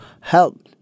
help